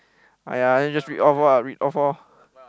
!aiya! then just read off lah read off lor